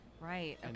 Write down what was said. Right